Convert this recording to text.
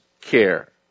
care